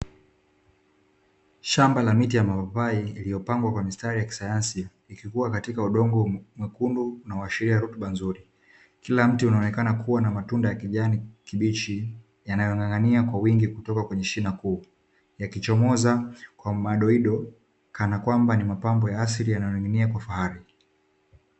Shamba la miti ya mapapai iliyopangwa kwa mistari ya kisayansi, ikikua katika udongo mwekundu unaoashiria rutuba nzuri. Kila mti unaonekana kuwa na matunda ya kijani kibichi yanayong'anga'nia kwa wingi kutoka kwenye shina kuu, yakichomoza kwa madoido kana kwamba ni mapambo ya asili yanayoning'inia kwa fahari.